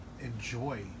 enjoy